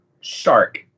shark